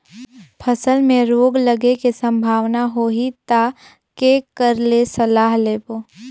फसल मे रोग लगे के संभावना होही ता के कर ले सलाह लेबो?